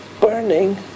burning